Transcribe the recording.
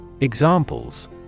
Examples